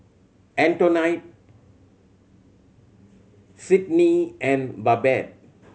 Antonette Sydnie and Babette